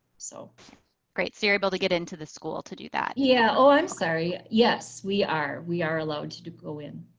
so great so you're able to get into the school to do that. yeah, oh i'm sorry yes we are. we are allowed to to go in.